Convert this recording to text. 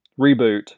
reboot